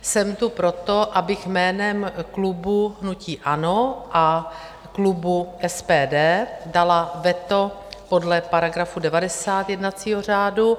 Jsem tu proto, abych jménem klubu hnutí ANO a klubu SPD dala veto podle § 90 jednacího řádu.